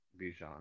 Bijan